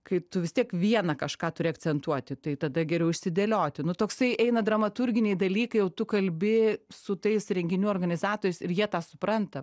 kai tu vis tiek vieną kažką turi akcentuoti tai tada geriau išsidėlioti nu toksai eina dramaturginiai dalykai jau tu kalbi su tais renginių organizatoriais ir jie tą supranta